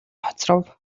хоцров